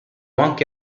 anche